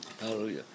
Hallelujah